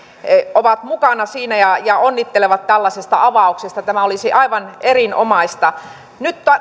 ovat mukana siinä ja ja onnittelevat tällaisesta avauksesta tämä olisi aivan erinomaista nyt